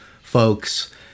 folks